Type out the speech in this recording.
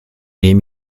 dem